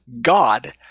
god